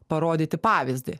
parodyti pavyzdį